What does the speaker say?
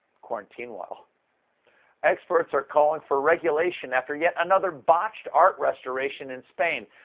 quarantine-while experts are calling for regulation after yet another botched art restoration in spain,